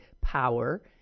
power